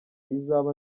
izaba